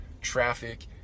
Traffic